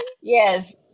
Yes